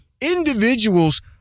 individuals